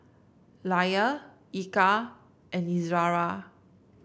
Elya Eka and Izzara